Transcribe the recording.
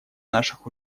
наших